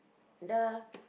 the